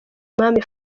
umwami